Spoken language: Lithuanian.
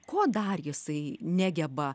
ko dar jisai negeba